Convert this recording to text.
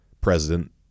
president